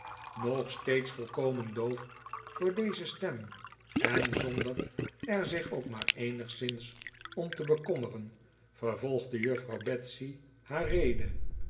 nog steeds volkomen doof voor deze stem en zonder er zich ook maar eenigszins om te bekommeren vervolgde juffrouw betsey haar rede